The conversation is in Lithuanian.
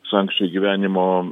sankcijų gyvenimo